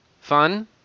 Fun